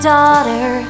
daughter